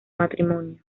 matrimonio